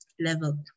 level